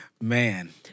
Man